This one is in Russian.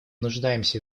нуждаемся